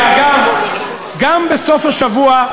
שאגב גם בסוף השבוע,